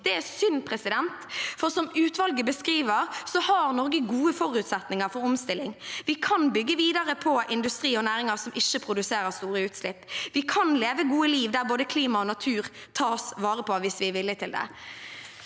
Det er synd, for som utvalget også beskriver, har Norge gode forutsetninger for omstilling. Vi kan bygge videre på industri og næringer som ikke produserer store utslipp. Vi kan leve et godt liv der både klima og natur tas vare på, hvis vi er villige til det.